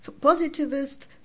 positivist